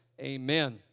Amen